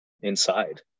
inside